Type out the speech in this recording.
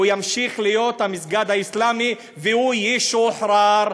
הוא ימשיך להיות מסגד אסלאמי והוא ישוחרר.